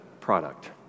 product